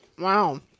Wow